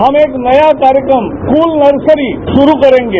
हम एक नया कार्यक्रम स्कूल नर्सरी शुरू करेंगे